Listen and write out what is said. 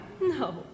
No